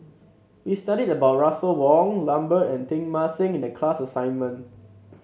we studied about Russel Wong Lambert and Teng Mah Seng in the class assignment